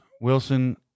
Wilson